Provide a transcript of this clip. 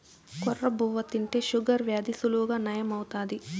కొర్ర బువ్వ తింటే షుగర్ వ్యాధి సులువుగా నయం అవుతాది